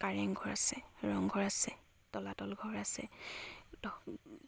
কাৰেংঘৰ আছে ৰংঘৰ আছে তলাতল ঘৰ আছে